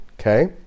Okay